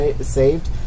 saved